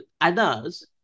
others